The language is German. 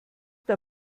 der